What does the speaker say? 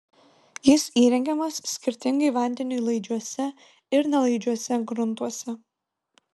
jis įrengiamas skirtingai vandeniui laidžiuose ir nelaidžiuose gruntuose